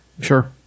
Sure